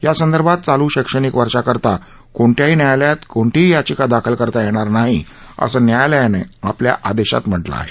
यासंदर्भात चालू शैक्षणिक वर्षाकरता कोणत्याही न्यायालयात कोणतीही याचिका दाखल करता येणार नाही असं न्यायालयानं आपल्या आदेशात म्हटलं आहे